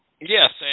Yes